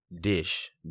dish